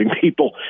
people